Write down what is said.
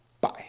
Bye